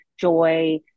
joy